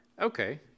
Okay